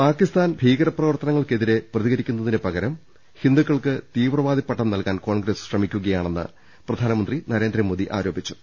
പാക്കിസ്ഥാൻ ഭീകര പ്രവർത്തർക്കെതിരെ പ്രതികരിക്കുന്ന തിന് പകരം ഹിന്ദു ക്കൾക്ക് തീവ്രവാദി പട്ടം നൽകാൻ കോൺഗ്രസ് ശ്രമിക്കുകയാണെന്ന് പ്രധാനമന്ത്രി നരേന്ദ്ര മോദി ആരോപിച്ചു